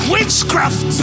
Witchcraft